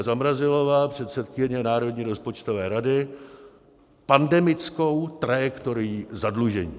Zamrazilová, předsedkyně Národní rozpočtové rady, pandemickou trajektorií zadlužení.